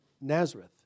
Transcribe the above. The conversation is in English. Nazareth